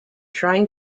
trying